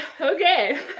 Okay